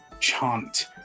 chant